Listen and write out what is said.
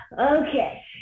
Okay